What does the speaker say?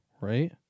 right